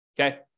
okay